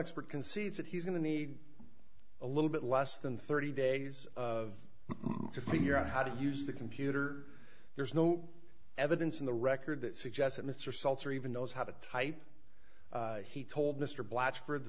expert concedes that he's going to need a little bit less than thirty days of to figure out how to use the computer there's no evidence in the record that suggests that mr seltzer even knows how to type he told mr blatchfor